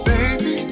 Baby